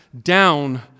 down